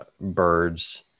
birds